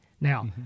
Now